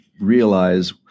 realize